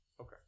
Okay